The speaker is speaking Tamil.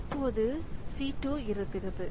இப்போது சி 2 இருந்தது